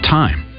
time